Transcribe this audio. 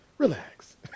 Relax